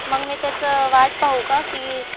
मग मी त्याचं वाट पाहू का की